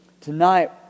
Tonight